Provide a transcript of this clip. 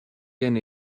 gen